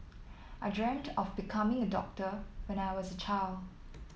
I dreamt of becoming a doctor when I was a child